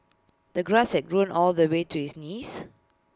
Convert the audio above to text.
the grass had grown all the way to his knees